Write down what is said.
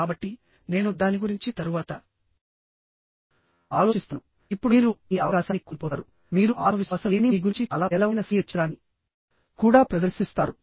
కాబట్టి నేను దాని గురించి తరువాత ఆలోచిస్తాను ఇప్పుడు మీరు మీ అవకాశాన్ని కోల్పోతారు మీరు ఆత్మవిశ్వాసం లేని మీ గురించి చాలా పేలవమైన స్వీయ చిత్రాన్ని కూడా ప్రదర్శిస్తారు